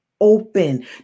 open